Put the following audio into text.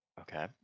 okay